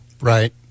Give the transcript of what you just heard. right